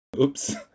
Oops